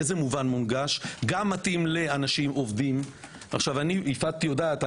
מונגש הכוונה גם מתאים לאנשים עובדים ויפעת יודעת,